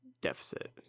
deficit